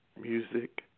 music